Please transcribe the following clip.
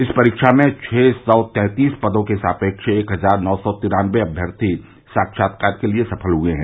इस परीक्षा में छह स्ती तैतीस पदों के सापेक्ष एक हजार नौ सौ तिरानवे अम्यर्थी साक्षात्कार के लिए सफल हुए हैं